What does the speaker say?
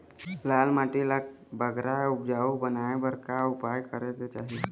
लाल माटी ला बगरा उपजाऊ बनाए बर का उपाय करेक चाही?